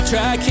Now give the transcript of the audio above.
try